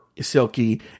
Silky